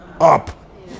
up